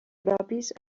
propis